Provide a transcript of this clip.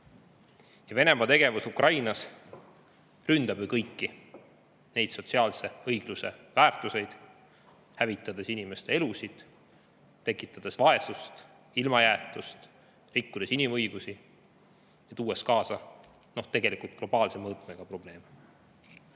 Venemaa tegevus Ukrainas ründab ju kõiki neid sotsiaalse õigluse väärtuseid, hävitades inimeste elusid, tekitades vaesust, ilmajäetust, rikkudes inimõigusi ja tuues kaasa tegelikult globaalse mõõtmega probleeme. Head